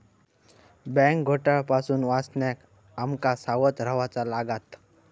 bank घोटाळा पासून वाचण्याक आम का सावध रव्हाचा लागात